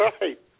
right